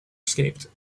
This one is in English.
escaped